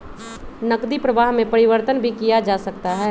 नकदी प्रवाह में परिवर्तन भी किया जा सकता है